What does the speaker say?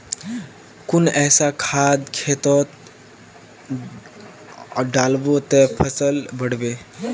कुन ऐसा खाद खेतोत डालबो ते फसल बढ़बे?